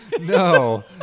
No